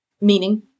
meaning